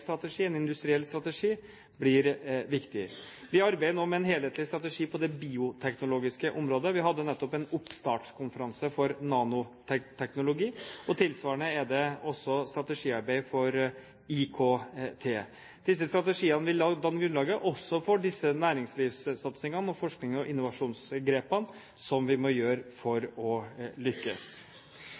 strategi, en industriell strategi, blir viktig. Vi arbeider nå med en helhetlig strategi på det bioteknologiske området. Vi hadde nettopp en oppstartskonferanse for nanoteknologi, og tilsvarende er det også strategiarbeid for IKT. Disse strategiene vil danne grunnlag for næringslivssatsingene og forskningen og innovasjonsgrepene som vi må gjøre for å lykkes.